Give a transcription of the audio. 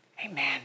amen